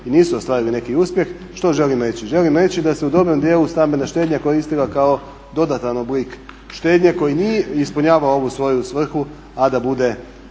i nisu ostvarile neki uspjeh. Što želim reći? Želim reći da se u dobrom dijelu stambena štednja koristila kao dodatan oblik štednje koji nije ispunjavao ovu svoju svrhu a da bude